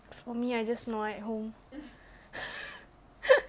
for me I just nua at home